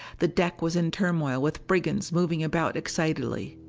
the deck was in turmoil with brigands moving about excitedly.